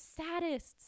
sadists